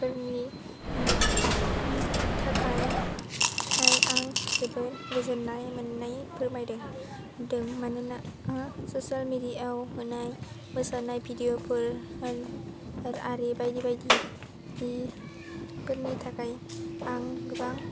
फोरनि थाखाय आं जोबोर गोजोननाय मोननाय फोरमायदों मानोना आं ससियेल मेडियायाव होनाय मोसानाय भिडिअफोर आरि बायदि बायदिफोरनि थाखाय आं गोबां